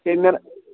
ہے مےٚ نہ